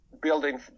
building